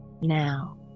now